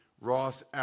Ross